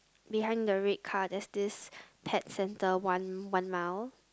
behind the red car there's this pet center one one mile